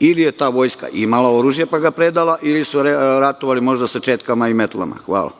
Ili je ta vojska imala oružje pa ga predala, ili su ratovali možda sa četkama i metlama. Hvala.